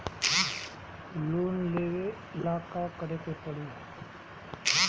Loan लेबे ला का करे के पड़ी?